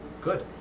Good